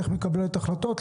איך מתקבלות החלטות,